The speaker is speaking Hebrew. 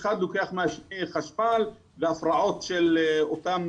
אחד לוקח מהשני חשמל והפרעות של אותם